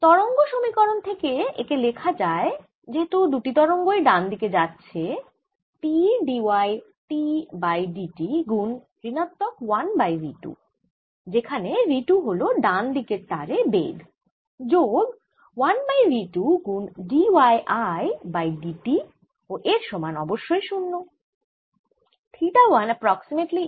তরঙ্গ সমীকরণ থেকে একে লেখা যায় যেহেতু দুটি তরঙ্গই ডান দিকে যাচ্ছে T d y T by dt গুন ঋণাত্মক 1 বাই v 2 যেখানে v 2 হল ডান দিকের তারে বেগ যোগ 1 বাই v 1 গুন d y I বাই d t ও এর সমান অবশ্যই শূন্য